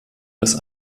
das